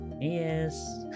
Yes